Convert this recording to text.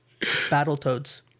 Battletoads